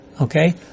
Okay